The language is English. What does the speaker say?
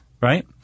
Right